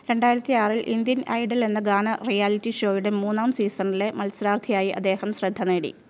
രണ്ടായിരത്തി ആറിൽ Indian Idol എന്ന ഗാന റിയാലിറ്റി ഷോയുടെ മൂന്നാം സീസണിലെ മത്സരാർത്ഥിയായി അദ്ദേഹം ശ്രദ്ധ നേടി